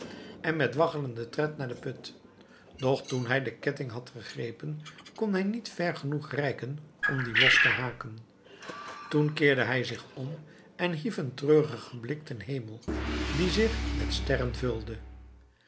en met waggelenden tred naar den put doch toen hij den ketting had gegrepen kon hij niet ver genoeg reiken om dien los te haken toen keerde hij zich om en hief een treurigen blik ten hemel die zich met sterren vulde